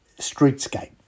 streetscape